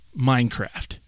Minecraft